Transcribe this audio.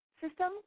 system